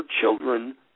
children